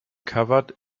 covered